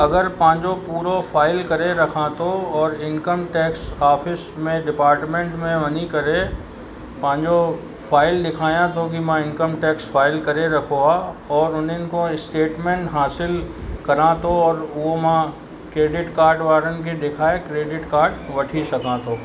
अगरि पंहिंजो पूरो फाइल करे रखां थो और इनकम टैक्स ऑफिस में डिपार्टमेंट में वञी करे पंहिंजो फाइल ॾेखारियां थो कि मां इनकम टैक्स फाइल करे रखो आहे और हुननि खां स्टैटमेंट हासिल करां थो और उहो मां क्रैडिट कार्ड वारनि खे ॾेखारे क्रैडिट कार्ड वठी सघां थो